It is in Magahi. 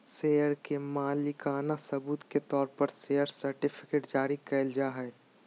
शेयर के मालिकाना सबूत के तौर पर शेयर सर्टिफिकेट्स जारी कइल जाय हइ